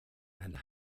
and